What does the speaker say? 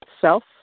self